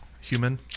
human